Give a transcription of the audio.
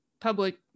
public